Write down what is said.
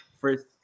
first